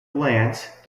glance